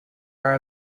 are